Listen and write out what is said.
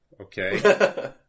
Okay